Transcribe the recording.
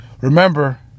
remember